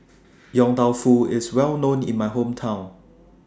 Yong Tau Foo IS Well known in My Hometown